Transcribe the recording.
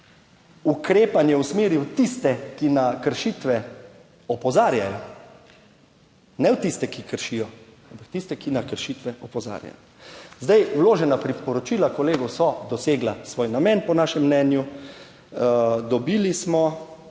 ukrepanje usmeri v tiste, ki na kršitve opozarjajo, ne v tiste, ki kršijo, ampak tiste, ki na kršitve opozarjajo. Zdaj, vložena priporočila kolegov so dosegla svoj namen, po našem mnenju. Dobili smo